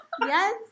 yes